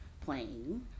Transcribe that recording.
playing